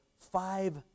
five